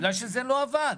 בגלל שזה לא עבד.